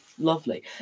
Lovely